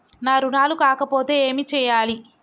నా రుణాలు కాకపోతే ఏమి చేయాలి?